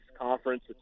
conference